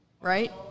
right